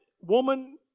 woman